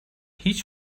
هیچ